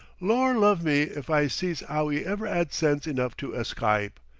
lor' luv me if i sees ow he ever ad sense enough to escype.